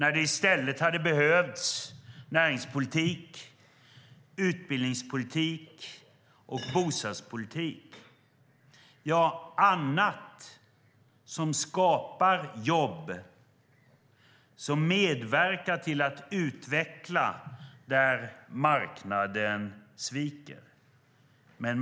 I stället hade det behövts näringspolitik, utbildningspolitik, bostadspolitik och annat som skapar jobb och medverkar till utveckling där marknaden sviker.